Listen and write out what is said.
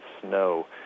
snow